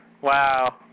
Wow